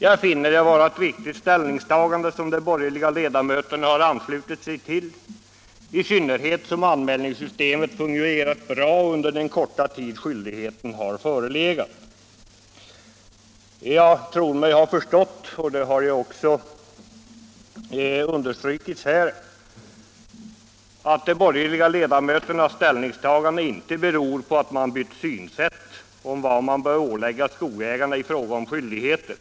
Jag finner det vara ett riktigt ställningstagande som de borgerliga ledamöterna har anslutit sig till, i synnerhet som anmälningssystemet fungerat bra under den korta tid skyldigheten har förelegat. Jag tror mig ha förstått — och det har också understrukits här — att de borgerliga ledamöternas ställningstagande inte beror på att de bytt åsikt om vad man bör ålägga skogsägarna i fråga om skyldigheter.